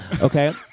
Okay